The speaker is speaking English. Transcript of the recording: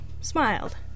smiled